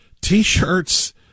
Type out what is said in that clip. T-shirts